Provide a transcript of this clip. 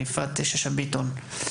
יפעת שאשא ביטון,